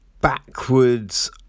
backwards